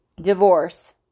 divorce